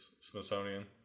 Smithsonian